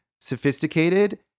sophisticated